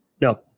No